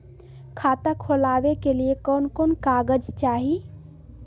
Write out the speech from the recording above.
खाता खोलाबे के लिए कौन कौन कागज चाही?